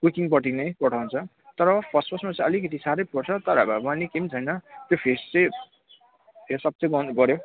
कुकिङपट्टि नै पठाउँछ तर फर्स्ट फर्स्टमा चाहिँ अलिकति साह्रै पर्छ तर भए पनि केही पनि छैन त्यो फेस चाहिँ फेस अप चै गर्नुपऱ्यो